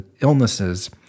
illnesses